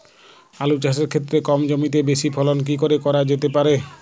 আলু চাষের ক্ষেত্রে কম জমিতে বেশি ফলন কি করে করা যেতে পারে?